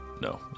no